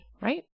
right